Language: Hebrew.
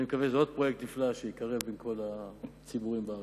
זה עוד פרויקט נפלא שיקרב בין כל הציבורים בארץ.